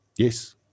Yes